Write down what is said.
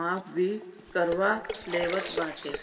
माफ़ भी करवा लेवत बाटे